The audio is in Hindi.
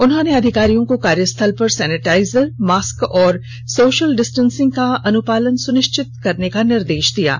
उन्होंने अधिकारियों को कार्यस्थल पर सेनिटाइजर मास्क और सोषल डिस्टेंसिंग का अनुपालन सुनिष्वित कराने का भी निर्देष दिया है